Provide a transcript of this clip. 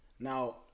now